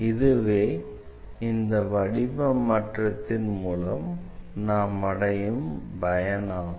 இதுவே இந்த வடிவ மாற்றத்தின் மூலம் நாம் அடையும் பயன் ஆகும்